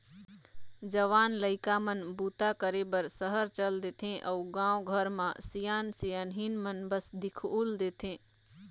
जवान लइका मन बूता करे बर सहर चल देथे अउ गाँव घर म सियान सियनहिन मन बस दिखउल देथे